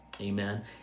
amen